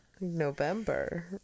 November